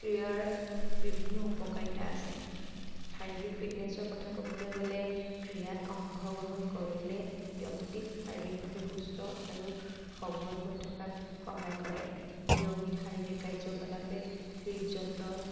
ক্ৰীড়াৰ বিভিন্ন উপকাৰিতা আছে শাৰীৰিক ফিটনেছৰ কথা ক'বলৈ গ'লে ক্ৰীড়াত অংশগ্ৰহণ কৰিলে ব্যক্তিক শাৰীৰিকভাৱে সুস্থ আৰু সৱল হৈ থকাত সহায় কৰে নিয়মিত শাৰীৰিক কাৰ্য্যকলাপে হৃদযন্ত্ৰৰ